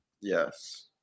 Yes